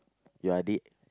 your adik